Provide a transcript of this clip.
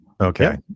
Okay